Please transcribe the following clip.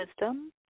wisdom